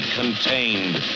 contained